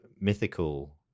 mythical